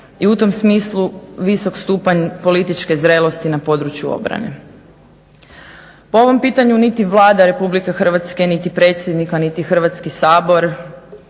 i u tom smislu visok stupanj političke zrelosti na području obrane. O ovom pitanju niti Vlada Republike Hrvatske, niti predsjednik, a niti Hrvatski sabor